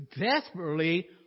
desperately